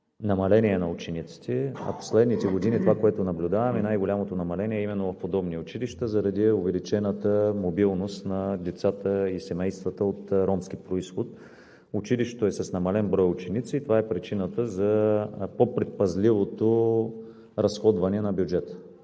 намаление на учениците, а последните години това, което наблюдаваме, е най-голямото намаление именно от подобни училища заради увеличената мобилност на децата и семействата от ромски произход. Училището е с намален брой ученици и това е причината за по-предпазливото разходване на бюджета.